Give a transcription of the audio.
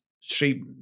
street